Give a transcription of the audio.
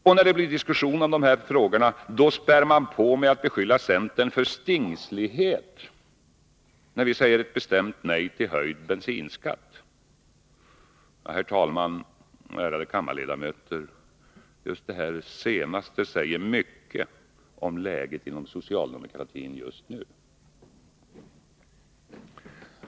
Och när det blir diskussion om dessa frågor spär man på med att beskylla centern för stingslighet när vi säger bestämt nej till höjd bensinskatt. Herr talman och ärade kammarledamöter! Just detta senaste säger mycket om läget inom socialdemokratin just nu.